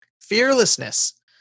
Fearlessness